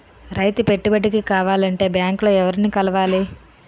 రైతు పెట్టుబడికి కావాలంటే బ్యాంక్ లో ఎవరిని కలవాలి?